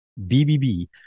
bbb